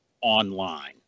online